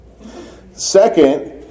Second